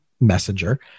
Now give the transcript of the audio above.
messenger